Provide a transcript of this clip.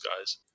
guys